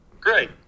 great